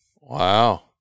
Wow